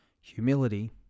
humility